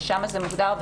ששם זה מוגדר.